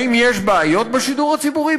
האם יש בעיות בשידור הציבורי?